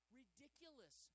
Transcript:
ridiculous